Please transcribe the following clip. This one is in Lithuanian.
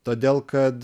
todėl kad